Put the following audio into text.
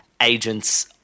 agent's